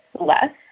less